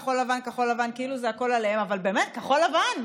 כחול לבן,